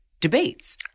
debates